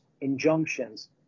injunctions